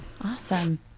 awesome